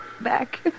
back